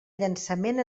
llançament